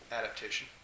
adaptation